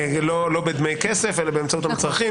לא בדמי כסף אלא באמצעות המצרכים.